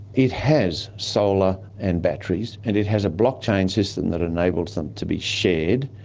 it has solar and batteries and it has a blockchain system that enables them to be shared,